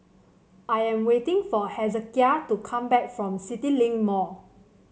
I am waiting for Hezekiah to come back from CityLink Mall